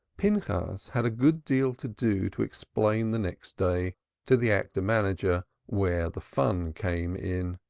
pinchas had a good deal to do to explain the next day to the actor-manager where the fun came in.